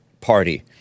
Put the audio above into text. party